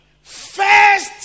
first